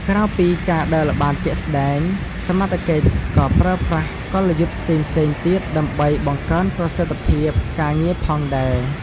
ក្រៅពី ការដើរល្បាតជាក់ស្តែង សមត្ថកិច្ច ក៏ប្រើប្រាស់ កលយុទ្ធផ្សេងៗ ទៀតដើម្បី បង្កើនប្រសិទ្ធភាព ការងារផងដែរ។